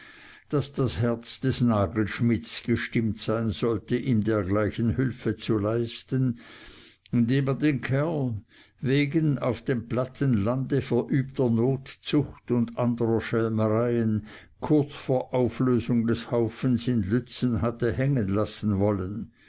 daß das herz des nagelschmidts gestimmt sein sollte ihm dergleichen hülfe zu leisten indem er den kerl wegen auf dem platten lande verübter notzucht und anderer schelmereien kurz vor auflösung des haufens in lützen hatte hängen lassen wollen